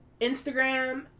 Instagram